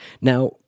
Now